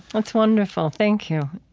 that's wonderful. thank you.